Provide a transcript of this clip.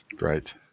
Right